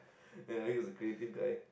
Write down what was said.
ya he was a creative guy